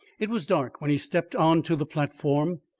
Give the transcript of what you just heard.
it was dark when he stepped on to the platform,